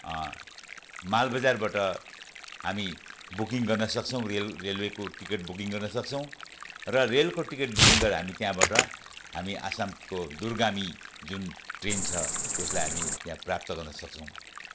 मालबजारबाट हामी बुकिङ गर्न सक्छौँ रेल रेलवेको टिकट बुकिङ गर्न सक्छौँ र रेलको टिकट बुकिङ गरेर हामी त्यहाँबाट हामी असमको दूरगामी जुन ट्रेन छ त्यसलाई हामी यहाँ प्राप्त गर्न सक्छौँ